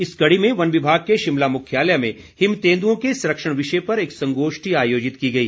इसी कड़ी में वन विभाग के शिमला मुख्यालय में हिम तेंदुए के संरक्षण विषय पर एक संगोष्ठी आयोजित की गई